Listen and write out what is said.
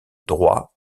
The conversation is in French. droit